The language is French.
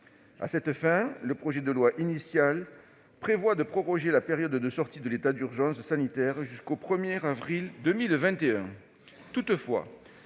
À cette fin, le projet de loi initial prévoit de proroger la période de sortie de l'état d'urgence sanitaire jusqu'au 1 avril 2021.